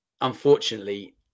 unfortunately